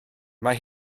mae